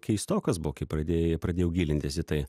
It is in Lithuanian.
keistokas buvo kai pradėjai pradėjau gilintis į tai